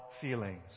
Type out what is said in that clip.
feelings